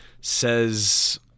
says